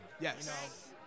Yes